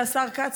השר כץ,